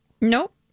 Nope